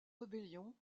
rébellion